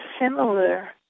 similar